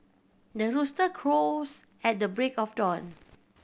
the rooster crows at the break of dawn